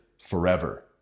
forever